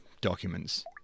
documents